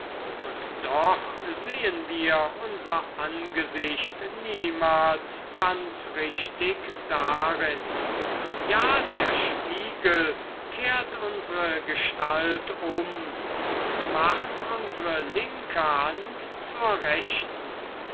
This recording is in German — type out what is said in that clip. und doch sehen wir unser angesicht niemals ganz richtig darin ja der spiegel kehrt unsre gestalt um und macht unsre linke hand zur rechten